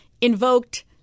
invoked